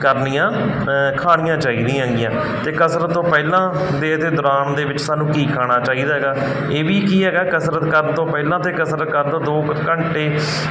ਕਰਨੀਆਂ ਖਾਣੀਆਂ ਚਾਹੀਦੀਆਂ ਹੈਗੀਆਂ ਅਤੇ ਕਸਰਤ ਤੋਂ ਪਹਿਲਾਂ ਦੇ ਦੇ ਦੌਰਾਨ ਦੇ ਵਿੱਚ ਸਾਨੂੰ ਕੀ ਖਾਣਾ ਚਾਹੀਦਾ ਹੈਗਾ ਇਹ ਵੀ ਕੀ ਹੈਗਾ ਕਸਰਤ ਕਰਨ ਤੋਂ ਪਹਿਲਾਂ ਤਾਂ ਕਸਰਤ ਕਰਨ ਤੋਂ ਦੋ ਘੰਟੇ